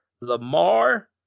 Lamar